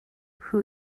who